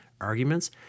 arguments